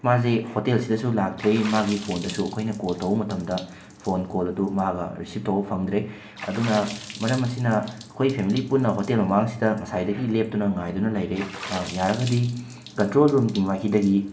ꯃꯥꯁꯦ ꯍꯣꯇꯦꯜꯁꯤꯗꯁꯨ ꯂꯥꯛꯇ꯭ꯔꯦ ꯃꯥꯒꯤ ꯐꯣꯟꯗꯁꯨ ꯑꯩꯈꯣꯏꯅ ꯀꯣꯜ ꯇꯧꯕ ꯃꯇꯝꯗ ꯐꯣꯟ ꯀꯣꯜ ꯑꯗꯨ ꯃꯥꯒ ꯔꯤꯁꯤꯞ ꯇꯧꯕ ꯐꯪꯗ꯭ꯔꯦ ꯑꯗꯨꯅ ꯃꯔꯝ ꯑꯁꯤꯅ ꯑꯩꯈꯣꯏ ꯐꯦꯃꯤꯂꯤ ꯄꯨꯟꯅ ꯍꯣꯇꯦꯜ ꯃꯃꯥꯡꯁꯤꯗ ꯉꯁꯥꯏꯗꯒꯤ ꯂꯦꯞꯇꯨꯅ ꯉꯥꯏꯗꯨꯅ ꯂꯩꯔꯦ ꯌꯥꯔꯒꯗꯤ ꯀꯟꯇ꯭ꯔꯣꯜ ꯔꯨꯝꯒꯤ ꯃꯥꯏꯀꯩꯗꯒꯤ